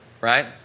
right